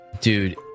dude